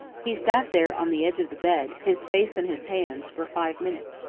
he sat there on the edge of the bed, his face in his hands, for five minutes,